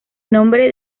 nombre